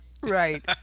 right